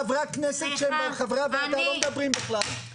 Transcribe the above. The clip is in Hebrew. חברי הכנסת שהם חברי הוועדה לא מדברים בכלל והם כל הזמן מתפרצים.